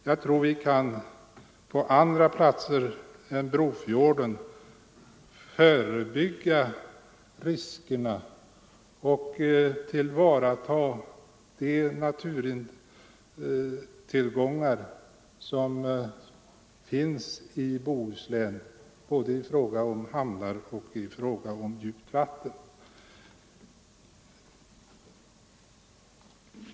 Jag tror att vi även på andra platser i Bohuslän än i Brofjorden kan förebygga riskerna och tillvarata de naturtillgångar som finns i form av hamnar och djupa vatten.